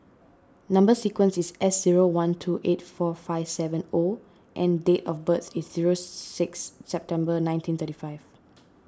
Number Sequence is S zero one two eight four five seven O and date of birth is zero six September nineteen thirty five